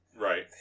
right